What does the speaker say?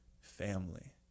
family